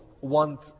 want